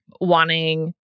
wanting